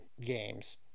games